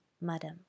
madam